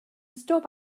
stop